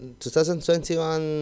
2021